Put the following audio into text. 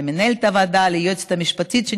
למנהלת הוועדה וליועצת המשפטית יעל,